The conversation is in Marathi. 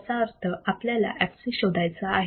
याचा अर्थ आपल्याला fc शोधायचा आहे